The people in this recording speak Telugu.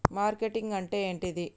మార్కెటింగ్ అంటే ఏంటిది?